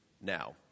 now